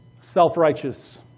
Self-righteous